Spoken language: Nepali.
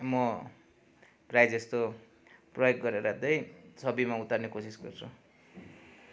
म प्रायः जस्तो प्रयोग गरेर चाहिँ छविमा उतार्ने कोसिस गर्छु